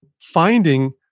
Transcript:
finding